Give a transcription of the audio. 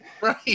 Right